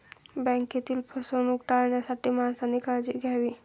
बँकेतील फसवणूक टाळण्यासाठी माणसाने काळजी घ्यावी